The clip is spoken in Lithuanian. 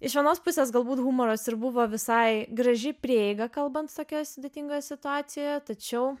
iš vienos pusės galbūt humoras ir buvo visai graži prieiga kalbant tokioje sudėtingoje situacijoje tačiau